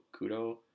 Kudo